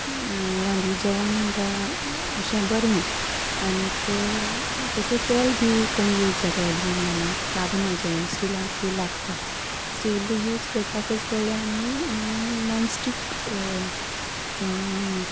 रांदिल्लें जेवण म्हणटा अशें बरें म्हण आनीक तेतूंत तेल बी कमी यूज जाता एलुमिनियमाक लागना जेवण स्टिलाक बी लागता स्टिल यूज करपाकूच पडल्यार आमी नाॅन स्टिक किंंवां